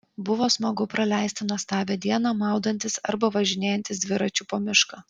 buvo smagu praleisti nuostabią dieną maudantis arba važinėjantis dviračiu po mišką